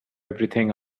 everything